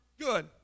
good